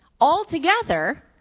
Altogether